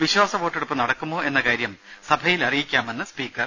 വിശ്വാസവോട്ടെടുപ്പ് നടക്കുമോ എന്ന കാര്യം സഭയിൽ അറിയിക്കാമെന്ന് സ്പീക്കർ